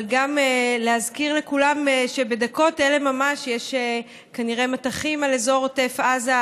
אבל גם להזכיר לכולם שבדקות אלה ממש יש כנראה מטחים על אזור עוטף עזה,